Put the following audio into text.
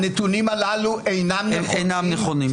הנתונים הללו אינם נכונים.